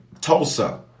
Tulsa